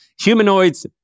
Humanoids